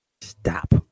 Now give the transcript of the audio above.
Stop